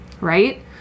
right